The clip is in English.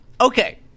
Okay